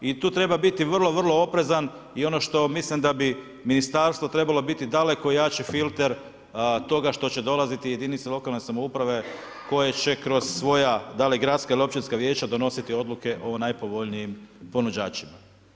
I tu treba biti vrlo vrlo oprezan i ono što mislim da bi ministarstvo trebalo biti daleko jači filter toga što će dolaziti i jedinice lokalne samouprave koja će kroz svoja, da li gradska ili općinska vijeća, donositi odluke o najpovoljnijim ponuđačima.